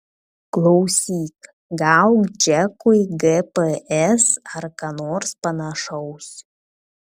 klausyk gauk džekui gps ar ką nors panašaus